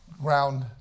ground